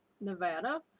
Nevada